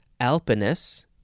Alpinus